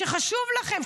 שזה חשוב לכם.